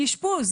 באשפוז.